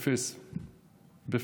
בפאס,